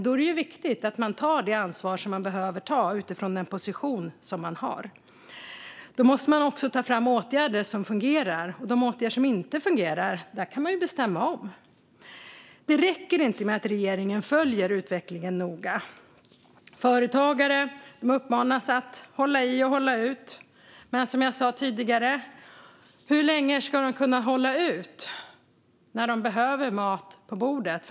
Då är det viktigt att man tar det ansvar som man behöver ta utifrån den position som man har. Då måste man också ta fram åtgärder som fungerar, och när det gäller de åtgärder som inte fungerar kan man ändra besluten. Det räcker inte med att regeringen följer utvecklingen noga. Företagare uppmanas att hålla i och hålla ut. Men hur länge ska de kunna hålla ut när de behöver mat på bordet?